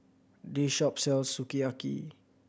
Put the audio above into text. this shop sells Sukiyaki